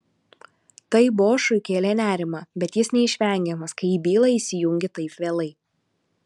tai bošui kėlė nerimą bet jis neišvengiamas kai į bylą įsijungi taip vėlai